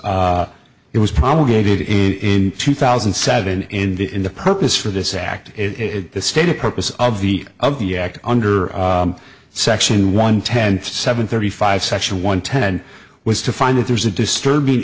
it was promulgated in two thousand and seven in the in the purpose for this act it the stated purpose of the of the act under section one ten seven thirty five section one ten was to find that there's a disturbing